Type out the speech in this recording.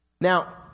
Now